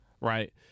right